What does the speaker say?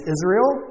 Israel